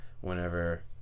whenever